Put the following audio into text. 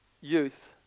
youth